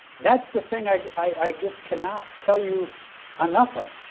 that's the thing like i just cannot tell you enough of.